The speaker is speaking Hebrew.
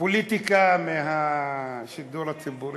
הפוליטיקה מהשידור הציבורי,